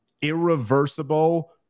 irreversible